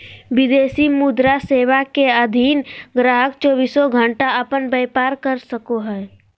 विदेशी मुद्रा सेवा के अधीन गाहक़ चौबीसों घण्टा अपन व्यापार कर सको हय